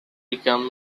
become